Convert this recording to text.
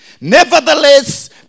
Nevertheless